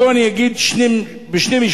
בוא ואני אגיד בשני משפטים: